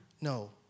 no